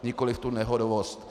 Nikoliv nehodovost.